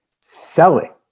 selling